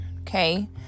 Okay